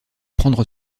prendre